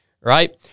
right